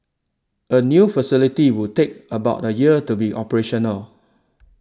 a new facility would take about a year to be operational